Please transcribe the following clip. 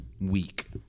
week